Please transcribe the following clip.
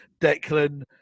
Declan